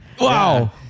Wow